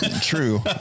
True